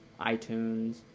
iTunes